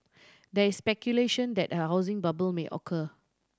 there is speculation that a housing bubble may occur